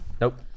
nope